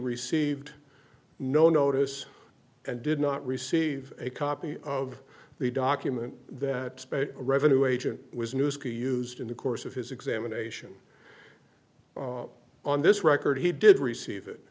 received no notice and did not receive a copy of the document that revenue agent was news crew used in the course of his examination on this record he did receive it